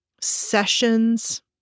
sessions